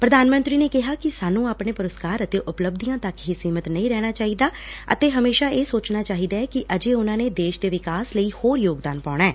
ਪ੍ਰਧਾਨ ਮੰਤਰੀ ਨੇ ਕਿਹਾ ਕਿ ਸਾਨੂੰ ਆਪਣੇ ਪੁਰਸਕਾਰ ਅਤੇ ਉਪਲੱਬਧੀਆਂ ਤੱਕ ਹੀ ਸੀਮਿਤ ਨਹੀਂ ਰਹਿਣਾ ਚਾਹੀਦਾ ਅਤੇ ਹਮੇਸ਼ਾ ਇਹ ਸੋਚਣਾ ਚਾਹੀਦਾ ਐ ਕਿ ਅਜੇ ਉਨੂਾਂ ਨੇ ਦੇਸ਼ ਦੇ ਵਿਕਾਸ ਲਈ ਹੋਰ ਯੋਗਦਾਨ ਪਾਉਣੈ